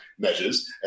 measures